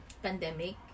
pandemic